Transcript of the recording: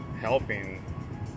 helping